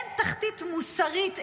אין תחתית מוסרית,